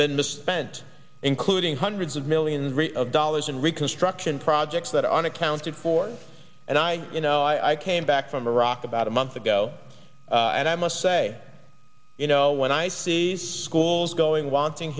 been misspent including hundreds of millions of dollars in reconstruction projects that are unaccounted for and i you know i came back from iraq about a month ago and i must say you know when i see these schools going wanting